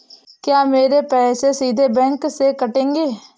क्या मेरे पैसे सीधे बैंक से कटेंगे?